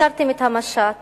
עצרתם את המשט